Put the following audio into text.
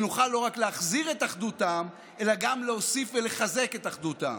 אבל אם אחדות העם באמת חשובה לכם, ד"ש מעפר שלח.